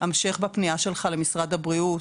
המשך בפנייה שלך למשרד הבריאות,